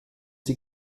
sie